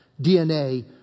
DNA